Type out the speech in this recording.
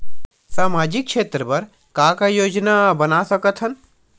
सामाजिक क्षेत्र बर का का योजना बना सकत हन?